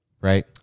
Right